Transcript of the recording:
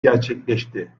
gerçekleşti